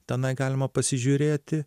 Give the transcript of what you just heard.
tenai galima pasižiūrėti